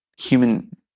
human